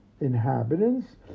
inhabitants